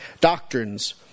doctrines